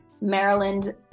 Maryland